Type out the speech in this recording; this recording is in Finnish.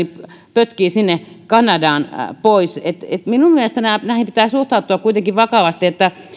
pötkii sinne kanadaan pois minun mielestäni näihin pitää suhtautua kuitenkin vakavasti